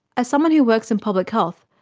as someone who works in public health,